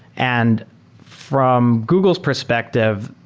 and from google's perspective,